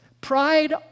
pride